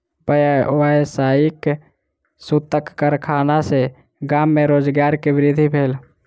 व्यावसायिक सूतक कारखाना सॅ गाम में रोजगार के वृद्धि भेल